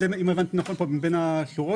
אם הבנתי נכון בין השורות,